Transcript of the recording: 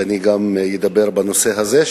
לדבר בנושא הזה,